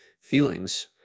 feelings